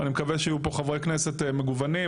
ואני מקווה שיהיו פה חברי כנסת מגוונים,